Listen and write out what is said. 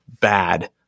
bad